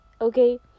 Okay